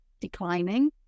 declining